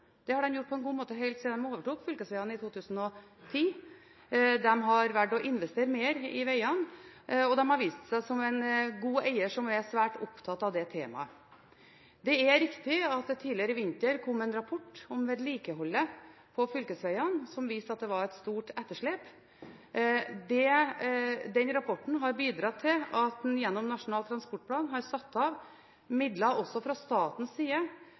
Det har de gjort på en god måte helt siden de overtok fylkesvegene i 2010. De har valgt å investere mer i vegene, og de har vist seg som en god eier, som er svært opptatt av det temaet. Det er riktig at det tidligere i vinter kom en rapport om vedlikeholdet på fylkesvegene, som viste at det var et stort etterslep. Den rapporten har bidratt til at man gjennom Nasjonal transportplan har satt av midler også fra statens side